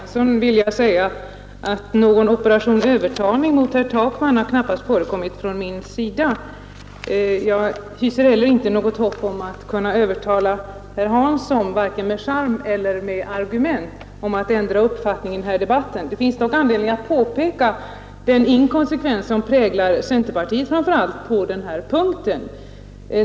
Fru talman! Till herr Hansson i Skegrie vill jag säga att någon operation övertalning riktad mot herr Takman knappast förekommit från min sida. Jag hyser heller inte något hopp att kunna övertala herr Hansson, vare sig med charm eller med fakta, att ändra uppfattning i denna sak. Det finns dock anledning att påpeka den inkonsekvens som präglar framför allt centerpartiets agerande på denna punkt.